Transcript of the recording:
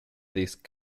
these